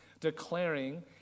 declaring